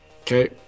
Okay